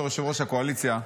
בתור יושב-ראש הקואליציה,